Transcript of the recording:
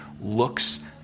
looks